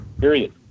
Period